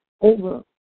over